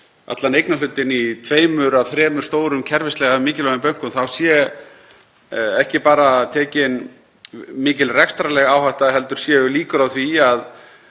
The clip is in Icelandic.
allan eignarhlutinn í tveimur af þremur stórum kerfislega mikilvægum bönkum sé ekki bara tekin mikil rekstrarleg áhætta heldur séu líkur á því að